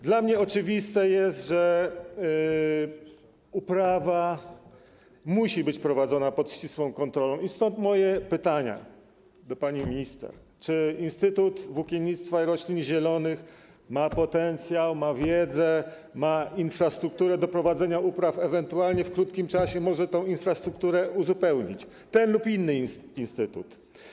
Dla mnie oczywiste jest, że uprawa musi być prowadzona pod ścisłą kontrolą i stąd moje pytania do pani minister: Czy Instytut Włókien Naturalnych i Roślin Zielarskich ma potencjał, ma wiedzę, ma infrastrukturę do prowadzenia upraw ewentualnie czy w krótkim czasie może tę infrastrukturę uzupełnić ten lub inny instytut?